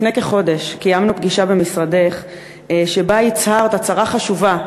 לפני כחודש קיימנו פגישה במשרדך שבה הצהרת הצהרה חשובה,